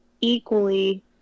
equally